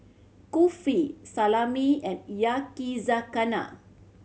Kulfi Salami and Yakizakana